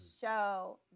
show